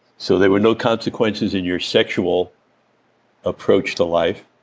so there were no consequences in your sexual approach to life,